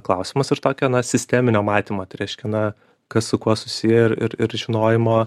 klausimas ir tokio na sisteminio matymo tai reiškia na kas su kuo susiję ir ir ir žinojimo